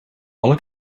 alle